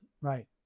Right